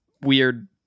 weird